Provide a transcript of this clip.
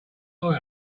long